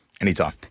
Anytime